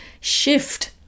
shift